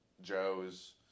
Joe's